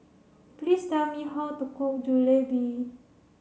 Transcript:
please tell me how to cook Jalebi